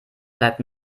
bleibt